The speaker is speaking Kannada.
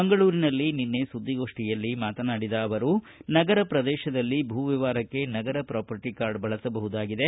ಮಂಗಳೂರಿನಲ್ಲಿ ನಿನ್ನೆ ಸುದ್ದಿಗೋಷ್ಠಿಯಲ್ಲಿ ಮಾತನಾಡಿದ ಅವರು ನಗರ ಪ್ರದೇಶದಲ್ಲಿ ಭೂವ್ಯವಹಾರಕ್ಕೆ ನಗರ ಪ್ರಾಪರ್ಟ ಕಾರ್ಡ್ ಬಳಸಬಹುದಾಗಿದೆ